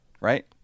right